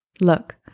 Look